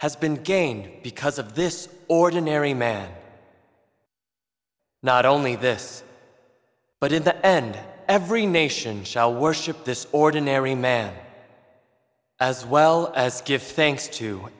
has been gained because of this ordinary man not only this but in the end every nation shall worship this ordinary man as well as gifts thanks to